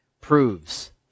proves